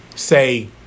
Say